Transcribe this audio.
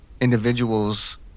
individuals